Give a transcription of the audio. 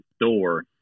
door